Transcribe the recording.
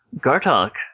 Gartok